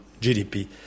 GDP